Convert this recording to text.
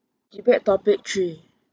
debate topic three